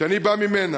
שאני בא ממנה,